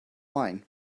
wine